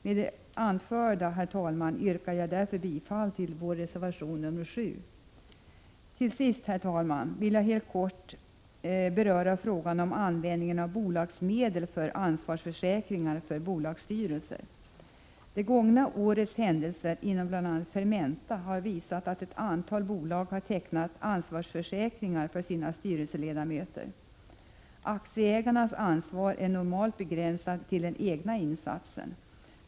Med det anförda, herr talman, yrkar jag därför bifall till vår reservation nr 7. Till sist, herr talman, vill jag helt kort beröra frågan om användningen av bolagsmedel för ansvarsförsäkringar för bolagsstyrelser. Det gångna årets händelser inom bl.a. Fermenta har visat att ett antal bolag har tecknat ansvarsförsäkringar för sina styrelseledamöter. Aktieägarnas ansvar är normalt begränsat till den egna insatsen.